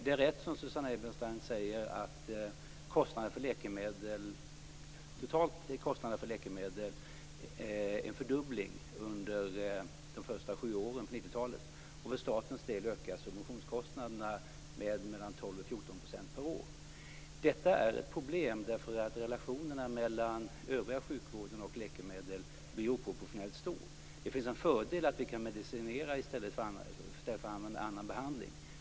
Det är rätt som Susanne Eberstein säger att kostnaderna för läkemedel totalt har fördubblats under de första sju åren på 1990-talet. För statens del ökar subventionskostnaderna med mellan 12 och 14 % per år. Detta är ett problem eftersom relationen mellan övriga sjukvården och läkemedel blir oproportionellt stor. Det är en fördel att vi kan medicinera i stället för att använda annan behandling.